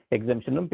Exemption